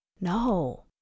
no